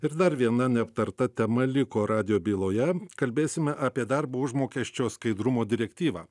ir dar viena neaptarta tema liko radijo byloje kalbėsime apie darbo užmokesčio skaidrumo direktyvą